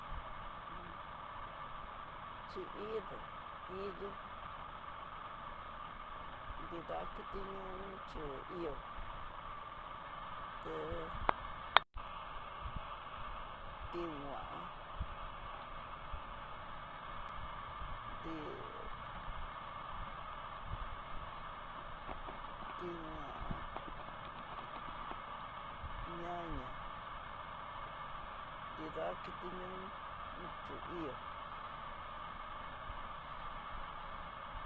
chí hí ndó, hí ndú nida kiti ño'ó chó ihó té tingua'a ndé tinguá'a, ñaña nida kiti ño'ó uchú ihó.